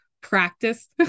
practice